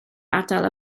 ardal